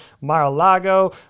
Mar-a-Lago